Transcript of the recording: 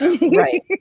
Right